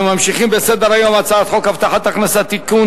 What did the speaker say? אנחנו ממשיכים בסדר-היום: הצעת חוק הבטחת הכנסה (תיקון,